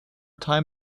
time